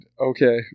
okay